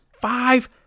five